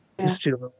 history